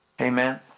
amen